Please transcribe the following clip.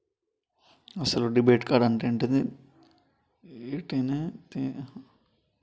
అసలు debit card అంటే ఏంటిది? దీన్ని ఎట్ల వాడుతరు?